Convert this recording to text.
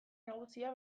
nagusia